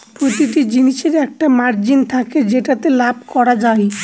প্রতিটা জিনিসের একটা মার্জিন থাকে যেটাতে লাভ করা যায়